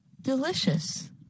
Delicious